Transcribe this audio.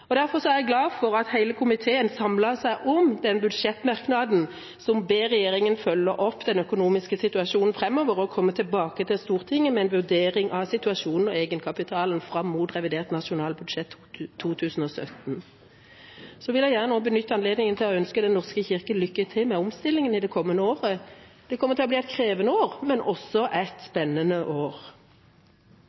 Derfor er jeg glad for at hele komiteen samlet seg om budsjettmerknaden der en ber regjeringa følge opp den økonomiske situasjonen framover og komme tilbake til Stortinget med en vurdering av situasjonen og egenkapitalbehovet fram mot revidert nasjonalbudsjett for 2017. Jeg vil gjerne også benytte anledningen til å ønske Den norske kirke lykke til med omstillingen i det kommende året. Det kommer til å bli et krevende år, men også et spennende år.